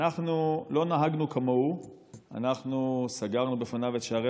אנחנו לא נהגנו כמוהו אנחנו סגרנו בפניו את שערי